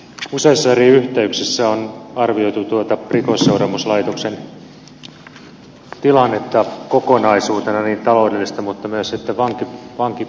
useissa eri yhteyksissä on arvioitu rikosseuraamuslaitoksen tilannetta kokonaisuutena niin taloudellista kuin myös vankipaikkatilannetta